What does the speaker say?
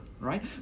right